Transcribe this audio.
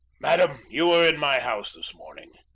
madam, you were in my house this morning.